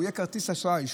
הוא יהיה כרטיס אשראי.